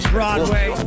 Broadway